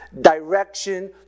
Direction